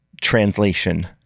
translation